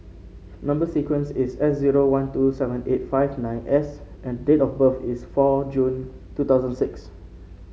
number sequence is S zero one two seven eight five nine S and date of birth is four June two thousand six